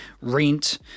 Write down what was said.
rent